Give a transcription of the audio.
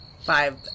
five